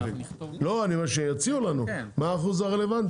אני אומר שיציעו לנו מה האחוז הרלוונטי.